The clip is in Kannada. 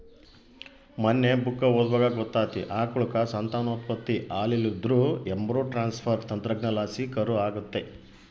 ಮನ್ನೆ ಬುಕ್ಕ ಓದ್ವಾಗ ಗೊತ್ತಾತಿ, ಆಕಳುಕ್ಕ ಸಂತಾನೋತ್ಪತ್ತಿ ಆಲಿಲ್ಲುದ್ರ ಎಂಬ್ರೋ ಟ್ರಾನ್ಸ್ಪರ್ ತಂತ್ರಜ್ಞಾನಲಾಸಿ ಕರು ಆಗತ್ತೆ